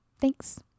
Thanks